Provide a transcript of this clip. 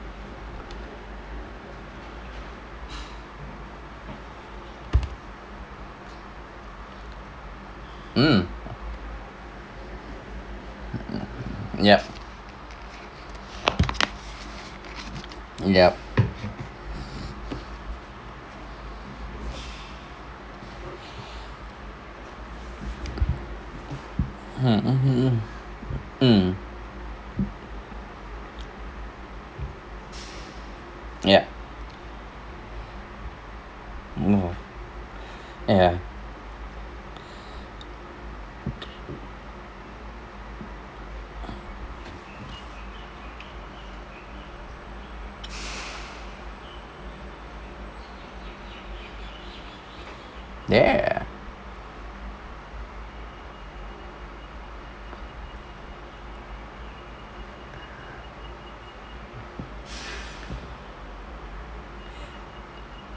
mm yup yup hmm mmhmm mm yup ya ya yeah